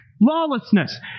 lawlessness